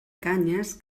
canyes